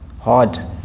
hard